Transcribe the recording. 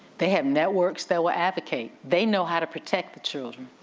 they have networks that will advocate. they know how to protect the children.